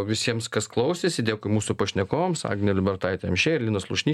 visiems kas klausėsi dėkui mūsų pašnekovams agnė liubertaitė amšiejė ir linas slušnys